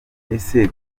ese